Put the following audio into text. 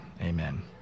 amen